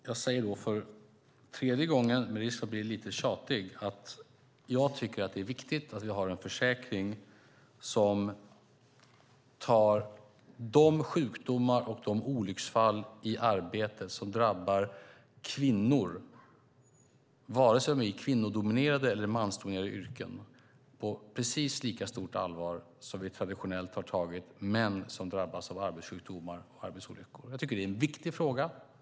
Jag säger för tredje gången, med risk för att bli lite tjatig, att jag tycker att det är viktigt att vi har en försäkring som tar de sjukdomar och olycksfall i arbetet som drabbar kvinnor, vare sig de är i kvinnodominerade eller mansdominerade yrken, på precis lika stort allvar som vi traditionellt har tagit arbetssjukdomar och arbetsolyckor som drabbar män.